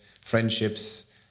friendships